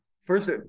first